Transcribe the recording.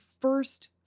first